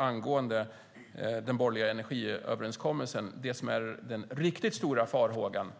Angående den borgerliga energiöverenskommelsen vill jag avslutningsvis säga att den riktigt stora farhågan